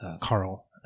carl